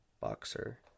Boxer